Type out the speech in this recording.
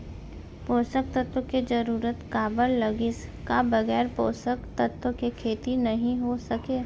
पोसक तत्व के जरूरत काबर लगिस, का बगैर पोसक तत्व के खेती नही हो सके?